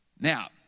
Now